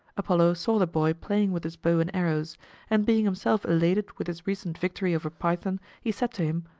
apollo saw the boy playing with his bow and arrows and being himself elated with his recent victory over python, he said to him,